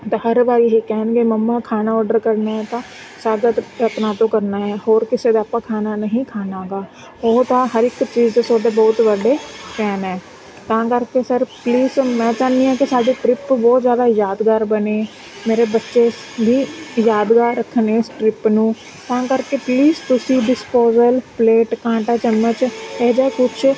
ਤਾਂ ਹਰ ਵਾਰ ਇਹ ਕਹਿਣਗੇ ਮੰਮਾ ਖਾਣਾ ਓਡਰ ਕਰਨਾ ਤਾਂ ਸਾਗਰ ਰਤਨਾ ਤੋਂ ਕਰਨਾ ਹੈ ਹੋਰ ਕਿਸੇ ਦਾ ਆਪਾਂ ਖਾਣਾ ਨਹੀਂ ਖਾਣਾ ਗਾ ਉਹ ਤਾਂ ਹਰ ਇੱਕ ਚੀਜ਼ ਤੁਹਾਡੇ ਬਹੁਤ ਵੱਡੇ ਫੈਨ ਹੈ ਤਾਂ ਕਰਕੇ ਸਰ ਪਲੀਸ ਮੈਂ ਚਾਹੁੰਦੀ ਹਾਂ ਕਿ ਸਾਡੀ ਟਰਿਪ ਬਹੁਤ ਜ਼ਿਆਦਾ ਯਾਦਗਾਰ ਬਣੇ ਮੇਰੇ ਬੱਚੇ ਵੀ ਯਾਦਗਾਰ ਰੱਖਣ ਇਸ ਟ੍ਰਿਪ ਨੂੰ ਤਾਂ ਕਰਕੇ ਪਲੀਸ ਤੁਸੀਂ ਡਿਸਪੋਜਲ ਪਲੇਟ ਕਾਂਟਾ ਚਮਚ ਇਹ ਜਿਹਾ ਕੁਛ